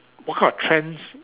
what kind of trends